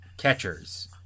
Catchers